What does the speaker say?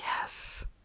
yes